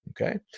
okay